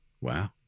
Wow